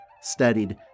studied